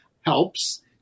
helps